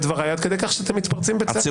דבריי עדי כדי כך שאתם מתפרצים בצעקות.